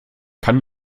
kann